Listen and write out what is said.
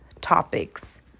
topics